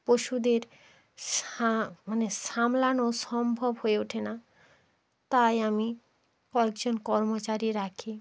পশুদের সা মানে সামলানো সম্ভব হয়ে ওঠে না তাই আমি কয়েকজন কর্মচারী রাখি